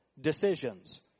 decisions